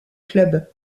club